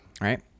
Right